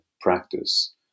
practice